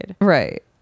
Right